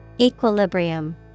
Equilibrium